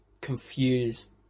confused